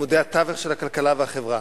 עמודי התווך של הכלכלה והחברה.